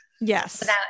Yes